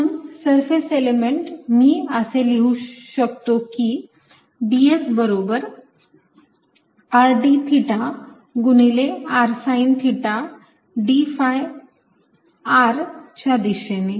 म्हणून surface element मी असे लिहू शकतो की ds बरोबर r d थिटा गुणिले r sine theta d phi r च्या दिशेने